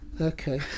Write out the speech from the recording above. Okay